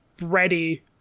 ready